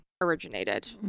originated